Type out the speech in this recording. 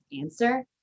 answer